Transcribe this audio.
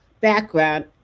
background